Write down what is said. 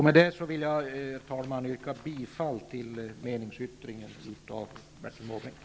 Med detta vill jag, herr talman, yrka bifall till meningsyttringen av Bertil Måbrink.